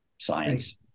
science